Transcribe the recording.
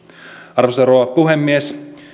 arvoisa rouva puhemies